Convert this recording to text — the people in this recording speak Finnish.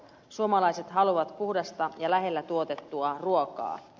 suomalaiset haluavat puhdasta ja lähellä tuotettua ruokaa